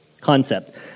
concept